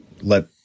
let